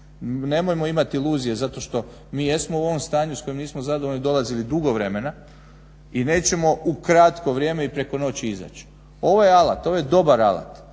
Nemojmo imati iluzije zato što mi jesmo u ovom stanju s kojim nismo zadovoljni dolazili dugo vremena i nećemo u kratko vrijeme i preko noći izaći. Ovo je alat. Ovo je dobar alat.